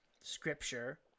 scripture